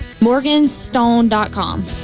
Morganstone.com